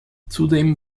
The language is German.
zudem